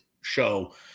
show